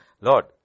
Lord